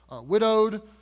Widowed